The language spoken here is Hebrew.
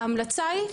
ההמלצה היא,